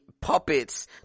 puppets